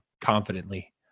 confidently